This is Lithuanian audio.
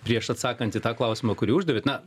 prieš atsakant į tą klausimą kurį uždavėt na